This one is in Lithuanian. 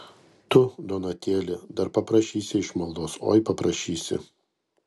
tu donatėli dar paprašysi išmaldos oi paprašysi